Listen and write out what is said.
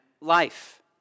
life